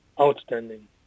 outstanding